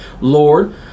Lord